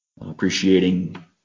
appreciating